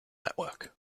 network